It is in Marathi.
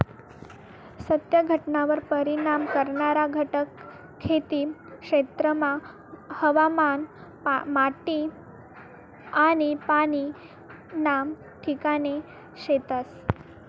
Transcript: सत्य घटनावर परिणाम करणारा घटक खेती क्षेत्रमा हवामान, माटी आनी पाणी ना ठिकाणे शेतस